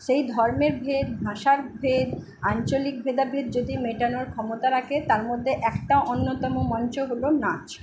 সেই ধর্মের ভেদ ভাষার ভেদ আঞ্চলিক ভেদাভেদ যদি মেটানোর ক্ষমতা রাখে তার মধ্যে একটা অন্যতম মঞ্চ হলো নাচ